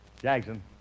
Jackson